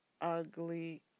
ugly